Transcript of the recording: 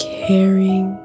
caring